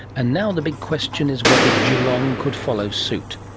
and now the big question is whether geelong could follow suit.